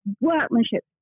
workmanship